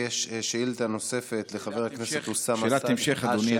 יש שאילתה נוספת לחבר הכנסת, שאלת המשך, אדוני.